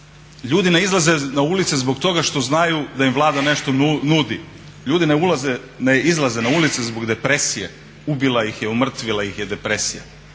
ljudi ne izlaze na ulice zbog toga što znaju da im Vlada nešto nudi, ljudi ne izlaze na ulice zbog depresije, ubila ih je, umrtvila ih je depresija.